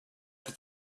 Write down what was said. that